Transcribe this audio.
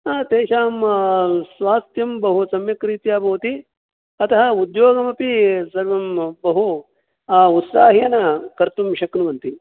ह तेषां स्वास्त्यं बहु सम्यक् रीत्या भवति अतः उद्योगमपि सर्वं बहु उत्साहेन कर्तुं शक्नुवन्ति